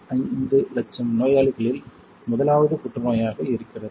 5 லட்சம் நோயாளிகளில் முதலாவது புற்றுநோயாக இருக்கிறது